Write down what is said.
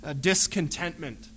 discontentment